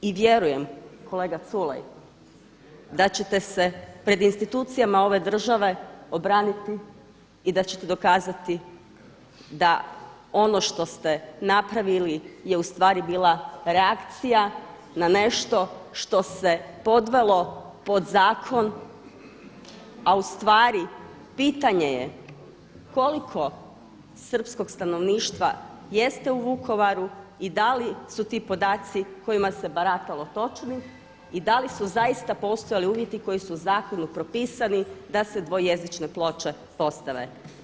I vjerujem kolega Culej da ćete se pred institucijama ove države obraniti i da ćete dokazati da ono što ste napravili je ustvari bila reakcija ne nešto što se podvelo pod zakon a ustvari pitanje je koliko srpskog stanovništva jeste u Vukovaru i da li su ti podaci kojima se baratalo točni i da li su zaista postojali uvjeti koji su u zakonu propisani da se dvojezične ploče postave.